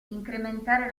incrementare